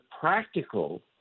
practical